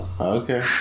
Okay